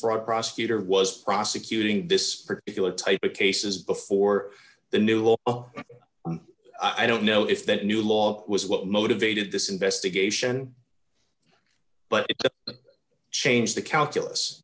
fraud prosecutor was prosecuting this particular type of cases before the new will i don't know if that new law was what motivated this investigation but it change the calculus